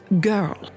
girl